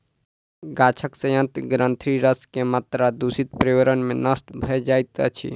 गाछक सयंत्र ग्रंथिरस के मात्रा दूषित पर्यावरण में नष्ट भ जाइत अछि